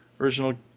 original